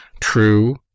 true